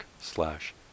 slash